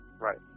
Right